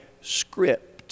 script